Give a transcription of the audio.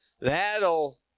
That'll